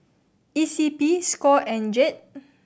E C P score and GED